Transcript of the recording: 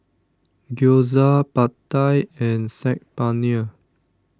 Gyoza Pad Thai and Saag Paneer